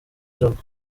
jaguar